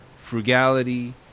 frugality